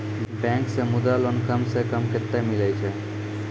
Bank से Mudra loan कम सऽ कम कतैय मिलैय छै?